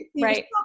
Right